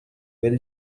will